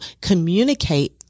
communicate